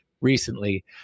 recently